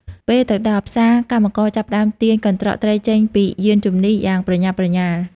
ពេលទៅដល់ ផ្សារ កម្មករចាប់ផ្តើមទាញកន្ត្រកត្រីចេញពីយានជំនិះយ៉ាងប្រញាប់ប្រញាល់។